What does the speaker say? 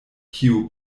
kiu